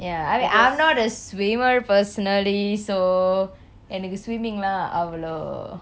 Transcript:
ya I mean I'm not a swimmer personally so எனக்கு:ennaku swimming நா அவளோ:na avelo